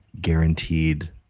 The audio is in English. guaranteed